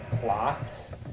plots